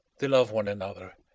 they love one another,